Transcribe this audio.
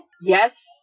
Yes